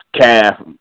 calf